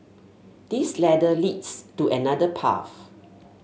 this ladder leads to another path